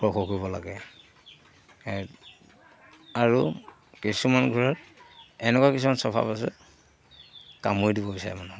কৰিব লাগে আৰু কিছুমান ঘৰত এনেকুৱা কিছুমান চফা পাছত কাম কৰি দিব বিচাৰে মানুহ